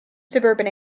suburban